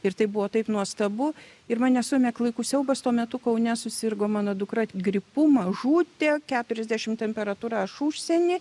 ir tai buvo taip nuostabu ir mane suėmė klaikus siaubas tuo metu kaune susirgo mano dukra gripu mažutė keturiasdešim temperatūra aš užsieny